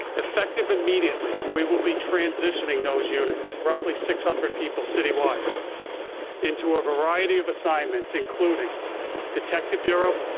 effective immediately, we will be transitioning those units, roughly six hundred people citywide into a variety of assignments, including detective bureau,